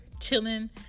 chilling